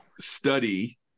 study